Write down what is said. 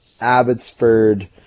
Abbotsford